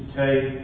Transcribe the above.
take